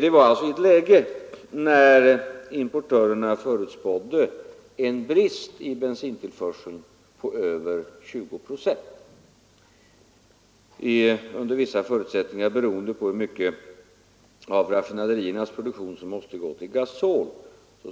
Detta var alltså i ett läge där importörerna förutspådde en brist i bensintillförseln på över 20 procent — under vissa förutsättningar, beroende på hur mycket av raffinaderiernas produktion som måste gå till gasol,